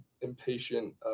impatient